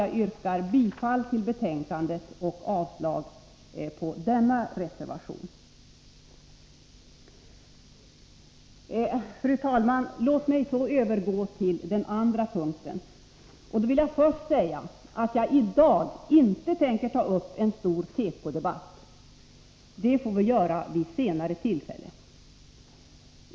Jag yrkar bifall till utskottets hemställan och avslag på denna reservation. Fru talman! Låt mig sedan övergå till nästa punkt. Jag vill då först säga att jag i dag inte tänker ta upp en stor tekodebatt. Det får vi göra vid senare tillfälle.